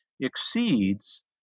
exceeds